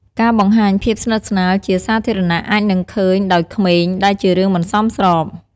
ការបង្ហាញភាពស្និទ្ធស្នាលជាសាធារណៈអាចនឹងបានឃើញដោយក្មេងដែលជារឿងមិនសមស្រប។